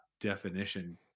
definition